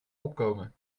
opkomen